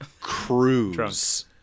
cruise